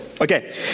Okay